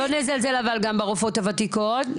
לא נזלזל גם ברופאות הוותיקות.